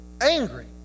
angry